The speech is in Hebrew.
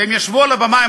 והם ישבו על הבמה,